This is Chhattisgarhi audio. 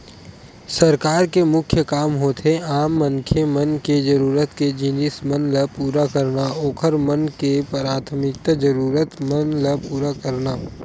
सरकार के मुख्य काम होथे आम मनखे मन के जरुरत के जिनिस मन ल पुरा करना, ओखर मन के पराथमिक जरुरत मन ल पुरा करना